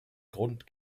grund